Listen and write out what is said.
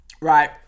Right